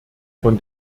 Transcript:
von